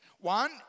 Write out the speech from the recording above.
One